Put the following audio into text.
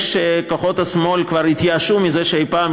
כוחות השמאל כבר התייאשו מזה שאי-פעם הם